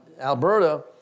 Alberta